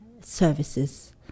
services